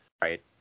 Right